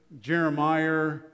Jeremiah